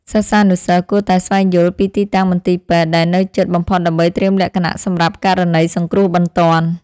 សិស្សានុសិស្សគួរតែស្វែងយល់ពីទីតាំងមន្ទីរពេទ្យដែលនៅជិតបំផុតដើម្បីត្រៀមលក្ខណៈសម្រាប់ករណីសង្គ្រោះបន្ទាន់។